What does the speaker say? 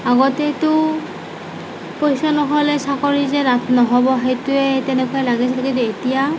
আগতেতো পইচা নহ'লে চাকৰি যে লাভ নহ'ব সেইটোৱে তেনেকুৱা লাগিছিল কিন্তু এতিয়া